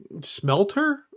smelter